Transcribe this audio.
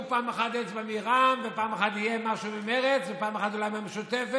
פעם אחת אצבע מרע"מ ופעם אחת יהיה משהו ממרצ ופעם אחת אולי מהמשותפת.